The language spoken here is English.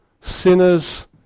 sinners